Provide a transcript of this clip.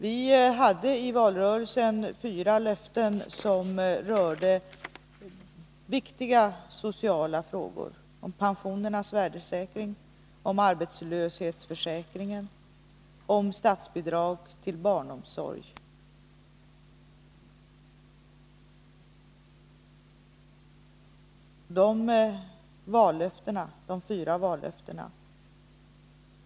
Vi hade i valrörelsen fyra löften som rörde viktiga sociala frågor, bl.a. om pensionernas värdesäkring, om arbetslöshetsförsäkringen, om statsbidrag till barnomsorg. De vallöftena infriade vi i höstas.